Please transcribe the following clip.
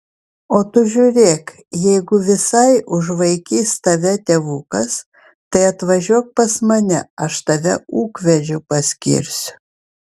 o tu žiūrėk jeigu visai užvaikys tave tėvukas tai atvažiuok pas mane aš tave ūkvedžiu paskirsiu